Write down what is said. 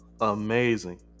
amazing